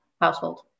household